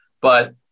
but-